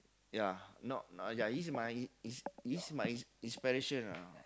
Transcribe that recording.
ya not ya he's my he's he's my ins~ inspiration ah